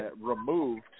removed